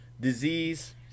disease